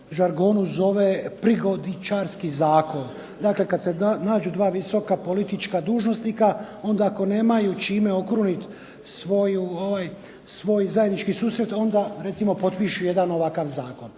žargonu zovu prigodničarski zakon. Dakle, kada se nađu dva visoka politička dužnosnika onda ako nemaju čime okruniti svoj zajednički susret onda potpišu ovakav jedan zakon.